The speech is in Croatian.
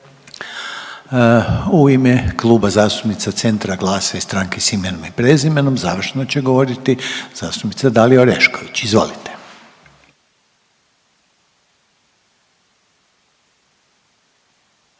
U ime Kluba zastupnica Centra, Glasa i Stranke s imenom i prezimenom, završno će govoriti zastupnica Dalija Orešković, izvolite.